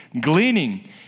gleaning